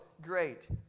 great